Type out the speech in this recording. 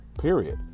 period